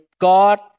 God